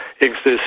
exist